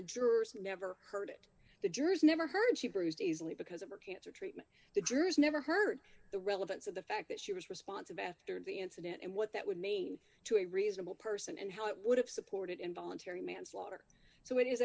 the jurors never heard it the jurors never heard she bruised easily because of her cancer treatment the jurors never heard the relevance of the fact that she was responsive after the incident and what that would mean to a reasonable person and how it would have supported involuntary manslaughter so it is